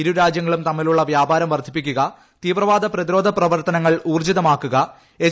ഇരു ടു രാജ്യങ്ങളും തമ്മിലുള്ള വ്യാപരം വർധിപ്പിക്കുക തീവ്രവാദ പ്രതിരോധ പ്രവർത്തനങ്ങൾ ഊർജിതമാക്കുക എച്ച്